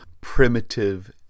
primitive